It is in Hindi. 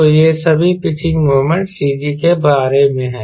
तो यह सभी पिचिंग मोमेंट CG के बारे में हैं